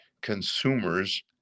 consumers